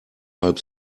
halb